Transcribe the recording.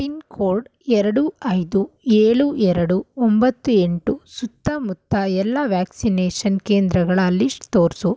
pin code ಎರಡು ಐದು ಏಳು ಎರಡು ಒಂಬತ್ತು ಎಂಟು ಸುತ್ತಮುತ್ತ ಎಲ್ಲ ವ್ಯಾಕ್ಸಿನೇಷನ್ ಕೇಂದ್ರಗಳ ಲಿಸ್ಟ್ ತೋರಿಸು